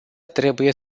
trebuie